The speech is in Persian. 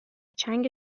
چنگ